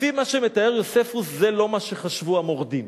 לפי מה שמתאר יוספוס זה לא מה שחשבו המורדים.